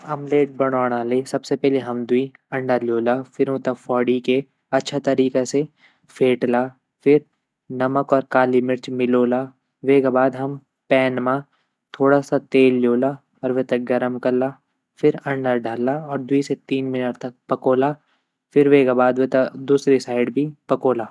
अमलेट बणोंणा ले सबसे पैली हम द्वि अण्डा ल्योला फिर ऊँ त फ़्वोडी के अच्छा तरीक़ा से फ़ेट ला फिर नमक और काली मिर्च मिलोला वेगा बाद हम पैन म थोड़ा से तेल ल्योला और वे त गरम कला फिर अण्डा डाला और द्वि से तीन मिनट तक पकोंला फिर वेगा बाद वे त दूसरी साइड भी पकोंला।